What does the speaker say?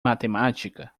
matemática